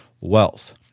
wealth